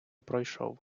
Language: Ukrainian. пройшов